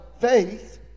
faith